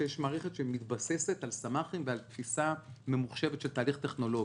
שיש מערכת שמתבססת על --- ועל תפיסה ממוחשבת של תהליך טכנולוגי.